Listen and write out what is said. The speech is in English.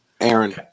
Aaron